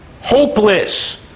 hopeless